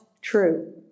true